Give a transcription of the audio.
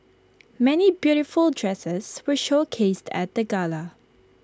many beautiful dresses were showcased at the gala